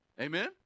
amen